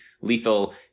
lethal